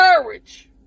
courage